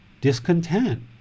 discontent